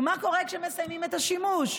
ומה קורה כשמסיימים את השימוש?